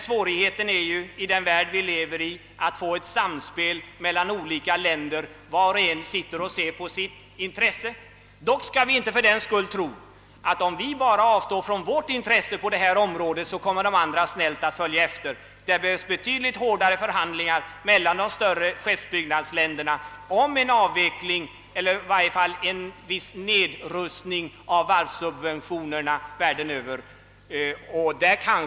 Svårigheten i den värld, vari vi lever, är emellertid att få till stånd ett samspel mellan olika länder. Var och en sitter och ser till sina intressen. Vi skall emellertid inte tro att de andra snällt kommer att följa efter bara vi avstår från att bevaka våra intressen på varvsindustrins område. Det behövs betydligt hårdare förhandlingar mellan de större skeppsbyggnadsländerna om en avveckling eller i varje fall en viss nedrustning av varvssubventionerna över hela världen.